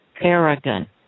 arrogant